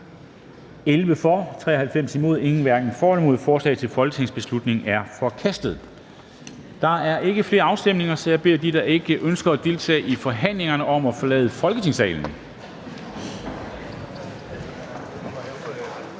SF, RV, KF og LA), hverken for eller imod stemte 0. Forslaget til folketingsbeslutning er forkastet. Der er ikke flere afstemninger, så jeg beder dem, der ikke ønsker at deltage i forhandlingerne, om at forlade Folketingssalen.